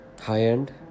High-end